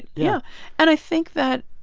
yeah and i think that